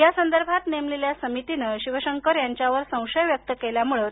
या संदर्भात नेमलेल्या समितीनं शिवशंकर यांच्यावर संशय व्यक्त केल्यामुळं त्